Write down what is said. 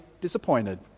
disappointed